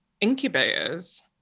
incubators